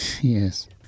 Yes